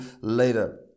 later